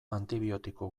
antibiotiko